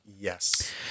Yes